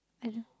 I don't